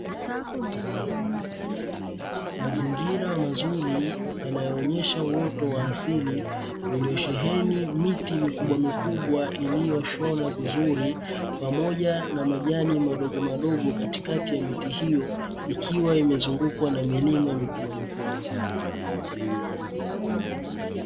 Mazingira mazuri yanayoonyesha uoto wa asili uliyo shehemi miti mikubwa mikubwa iliyoshonwa vizuri, pamoja na majani madogo madogo katikati ya miti hiyo ikiwa imezungukwa na milima mikubwa mikubwa.